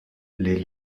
les